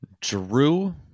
Drew